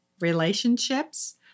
relationships